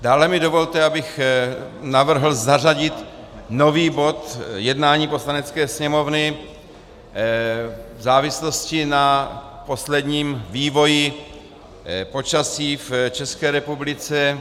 Dále mi dovolte, abych navrhl zařadit nový bod jednání Poslanecké sněmovny v závislosti na posledním vývoji počasí v České republice.